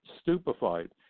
stupefied